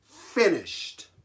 finished